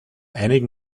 einigen